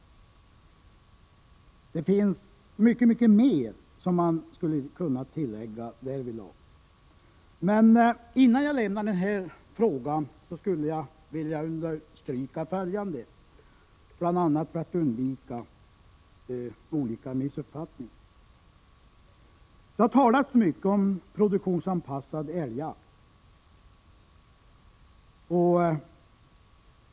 Det finns mycket mer att tillägga därvidlag, men innan jag lämnar den frågan så skulle jag vilja understryka följande, bl.a. för att undvika missuppfattningar. Det har talats mycket om produktionsanpassad älgjakt.